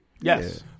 Yes